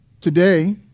Today